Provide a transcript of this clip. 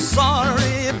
sorry